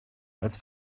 als